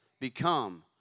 become